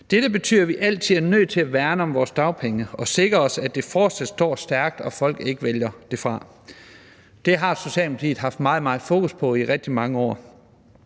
Dette betyder, at vi altid er nødt til at værne om vores dagpenge og sikre os, at de fortsat står stærkt, og at folk ikke vælger dem fra. Det har Socialdemokratiet haft meget, meget fokus på i rigtig mange år.